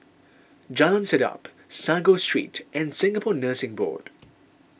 Jalan Sedap Sago Street and Singapore Nursing Board